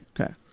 Okay